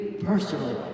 personally